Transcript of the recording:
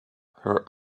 her